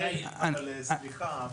אבל סליחה,